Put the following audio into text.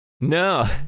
No